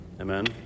Amen